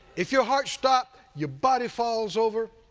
if your heart stopped, your body falls over,